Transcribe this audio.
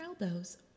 elbows